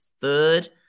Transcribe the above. third